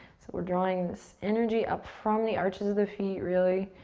so we're drawing so energy up from the arches of the feet really.